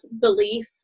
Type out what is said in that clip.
belief